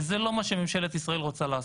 וזה לא מה שממשלת ישראל רוצה לעשות.